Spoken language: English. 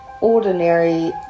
Ordinary